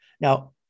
Now